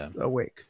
awake